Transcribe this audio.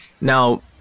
Now